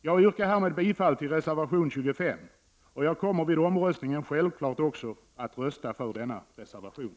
Jag yrkar härmed bifall till reservation 25, och jag kommer vid omröstningen självklart också att rösta för denna reservation.